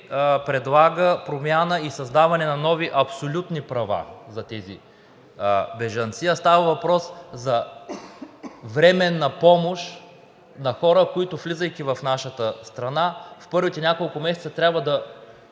предлага промяна и създаване на нови абсолютни права за тези бежанци, а става въпрос за временна помощ на хора, които, влизайки в нашата страна, в първите няколко месеца трябва да